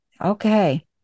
okay